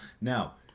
Now